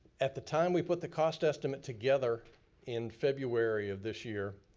at the time we put the cost estimate together in february of this year,